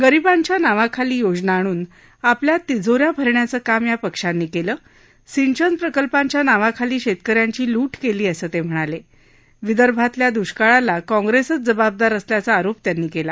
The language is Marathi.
गरीबांच्या नावाखाली योजना आणून आपल्या तिजोऱ्या भरण्याचं काम या पक्षांनी क्लि सिंचन प्रकल्पांच्या नावाखाली शस्कि यांची लूट कली असं तस्किणाला विदर्भातल्या दुष्काळाला काँग्रस्क्र जबाबदार असल्याचा आरोप त्यांनी कला